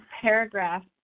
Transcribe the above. paragraph